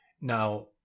Now